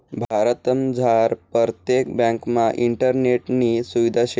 भारतमझार परतेक ब्यांकमा इंटरनेटनी सुविधा शे